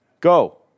go